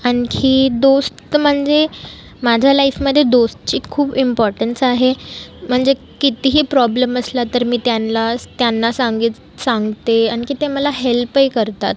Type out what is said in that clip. आणखी दोस्त म्हणजे माझं लाईफमध्ये दोस्तची खूप इम्पॉर्टन्स आहे म्हणजे कितीही प्रॉब्लेम असला तर मी त्यांला स् त्यांना सांगित सांगते आणखी ते मला हेल्पही करतात